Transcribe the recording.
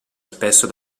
spesso